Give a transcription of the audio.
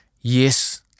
Yes